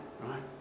right